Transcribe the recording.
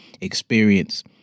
experience